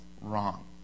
wrong